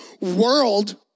world